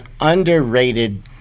underrated